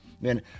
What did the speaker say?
Man